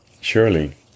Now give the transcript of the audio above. Surely